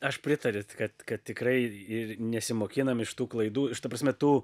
aš pritariu kad kad tikrai ir nesimokinam iš tų klaidų iš ta prasme tų